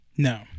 No